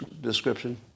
description